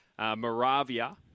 Moravia